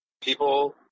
people